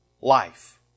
life